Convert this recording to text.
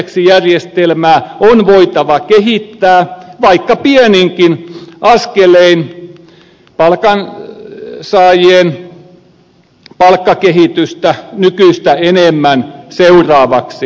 mielestämme eläkeindeksijärjestelmää on voitava kehittää vaikka pieninkin askelein palkansaajien palkkakehitystä nykyistä enemmän seuraavaksi